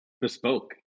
bespoke